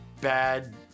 bad